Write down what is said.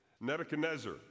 Nebuchadnezzar